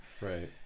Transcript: Right